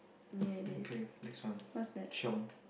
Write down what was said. okay next one chiong